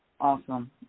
Awesome